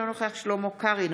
אינו נוכח שלמה קרעי,